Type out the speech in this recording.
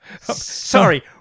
Sorry